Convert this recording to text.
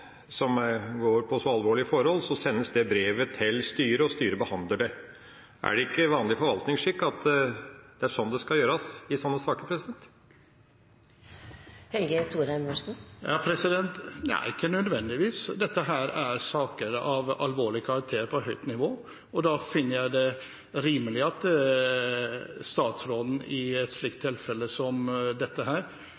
som går på så alvorlige forhold, så sendes det brevet til styret, og styret behandler det. Er det ikke vanlig forvaltningsskikk at det er sånn det skal gjøres i sånne saker? Nei, ikke nødvendigvis. Dette er saker av alvorlig karakter på høyt nivå, og da finner jeg det rimelig at statsråden i